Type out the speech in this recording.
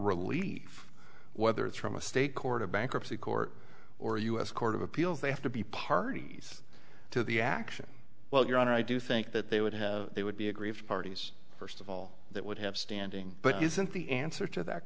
relief whether it's from a state court a bankruptcy court or u s court of appeals they have to be parties to the action well your honor i do think that they would have they would be aggrieved parties first of all that would have standing but isn't the answer to that